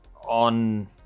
on